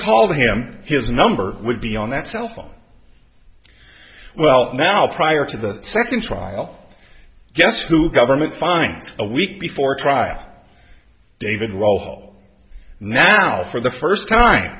called him his number would be on that cell phone well now prior to the second trial guess who government finds a week before trial david rohl now for the first time